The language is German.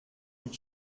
mit